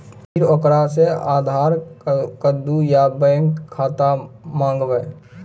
फिर ओकरा से आधार कद्दू या बैंक खाता माँगबै?